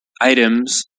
items